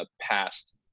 past